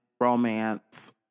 romance